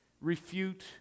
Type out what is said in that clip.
refute